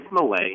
Malay